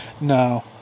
No